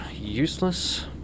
Useless